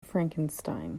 frankenstein